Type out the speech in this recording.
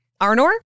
Arnor